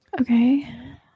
Okay